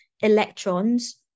electrons